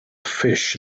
fish